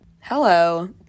Hello